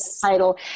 title